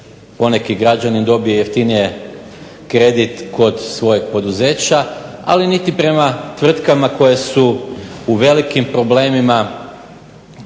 poneki građanin dobije jeftinije kredit kod svojeg poduzeća, ali niti prema tvrtkama koje su u velikim problemima, svih